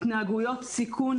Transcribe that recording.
התנהגויות סיכון,